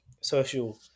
social